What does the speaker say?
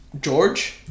George